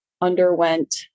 underwent